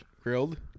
grilled